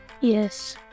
yes